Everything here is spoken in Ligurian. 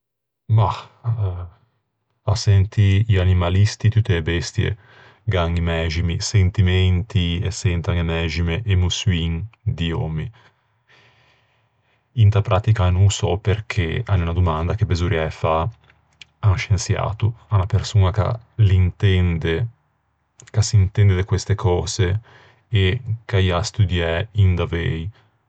Mah, à sentî i animalisti tutte e bestie gh'an i mæximi sentimenti e sentan e mæxime emoçioin di òmmi. Inta prattica no ô sò, perché a l'é unna domanda che besorriæ fâ à un scensiato, à unna persoña ch'a l'intende... ch'a s'intende de questa cöse e ch'a ê à studiæ in davei.